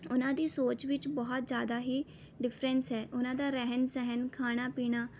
ਉਹਨਾਂ ਦੀ ਸੋਚ ਵਿੱਚ ਬਹੁਤ ਜ਼ਿਆਦਾ ਹੀ ਡਿਫਰੈਂਸ ਹੈ ਉਹਨਾਂ ਦਾ ਰਹਿਣ ਸਹਿਣ ਖਾਣਾ ਪੀਣਾ